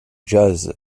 jazz